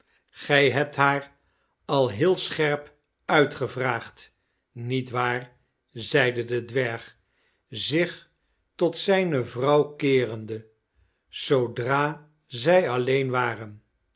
gij hebt haar al heel scherp uitgevraagd niet waar zeide de dwerg zich tot zijne vrouw keerende zoodra zij alleen waren